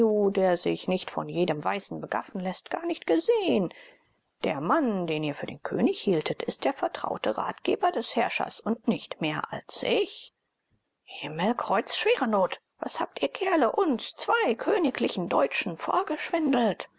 der sich nicht von jedem weißen begaffen läßt gar nicht gesehen der mann den ihr für den könig hieltet ist der vertraute ratgeber des herrschers und nicht mehr als ich himmelkreuzschwerenot was habt ihr kerle uns zwei königlichen deutschen